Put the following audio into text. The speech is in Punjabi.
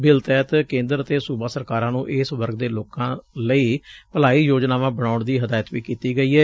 ਬਿੱਲ ਤਹਿਤ ਕੇਦਰ ਅਤੇ ਸੁਬਾ ਸਰਕਾਰ ਨੂੰ ਇਸ ਵਰਗ ਦੇ ਲੋਕਾ ਲਈ ਭਲਾਈ ਯੋਜਨਾਵਾ ਬਣਾਉਣ ਦੀ ਹਦਾਇਤ ਵੀ ਕੀਤੀ ਗਈ ਏ